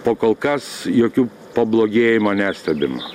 po kol kas jokių pablogėjimo nestebime